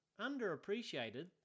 underappreciated